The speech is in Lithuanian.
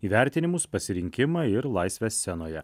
įvertinimus pasirinkimą ir laisvę scenoje